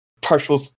partial